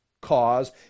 cause